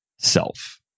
self